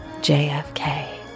JFK